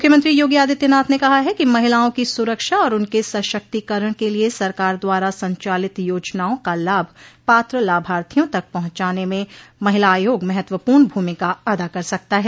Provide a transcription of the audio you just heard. मुख्यमंत्री योगी आदित्यनाथ ने कहा है कि महिलाओं की सुरक्षा और उनके सशक्तिकरण के लिये सरकार द्वारा संचालित योजनाओं का लाभ पात्र लाभार्थियों तक पहुंचाने में महिला आयोग महत्वपूर्ण भूमिका अदा कर सकता है